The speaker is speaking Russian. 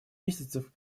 месяцев